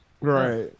right